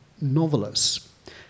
novelists